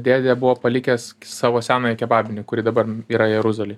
dėdė buvo palikęs savo senąją kebabinę kuri dabar yra jeruzalėj